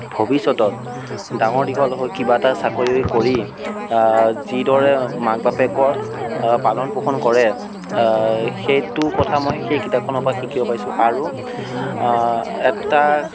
ভৱিষ্যতত ডাঙৰ দীঘল হৈ কিবা এটা চাকৰি কৰি যিদৰে মাক বাপেকৰ পালন পোষণ কৰে সেইটো কথা মই সেই কিতাপখনৰ পৰা শিকিব পাৰিছো আৰু এটা